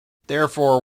therefore